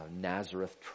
Nazareth